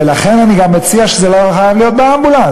ולכן אני גם מציע שזה לא חייב להיות באמבולנס,